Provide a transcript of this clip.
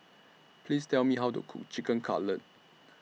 Please Tell Me How to Cook Chicken Cutlet